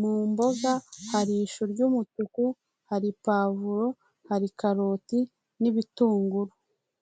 Mu mboga hari ishu ry'umutuku, hari pavuro, hari karoti n'ibitunguru.